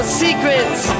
secrets